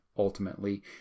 Ultimately